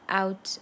out